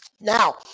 Now